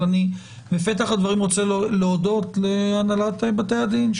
אבל בפתח הדברים אני רוצה להודות להנהלת בתי הדין,